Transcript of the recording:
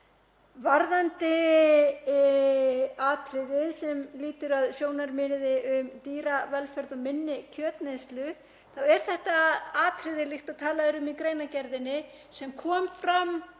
Varðandi atriðið sem lýtur að sjónarmiði um dýravelferð og minni kjötneyslu þá er þetta atriði, líkt og talað er um í greinargerðinni, sem kom fram